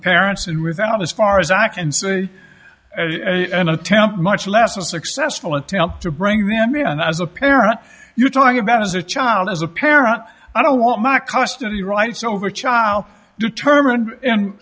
parents and without as far as act and say and attempt much less a successful attempt to bring them as a parent you're talking about as a child as a parent i don't want my custody rights over child determined and